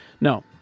No